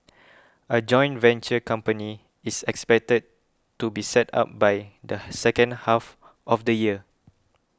a joint venture company is expected to be set up by the second half of the year